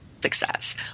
success